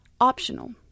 optional